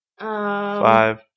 Five